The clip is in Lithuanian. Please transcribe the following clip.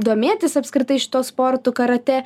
domėtis apskritai šituo sportu karatė